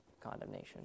condemnation